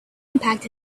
impact